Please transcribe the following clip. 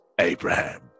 Abraham